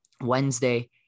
Wednesday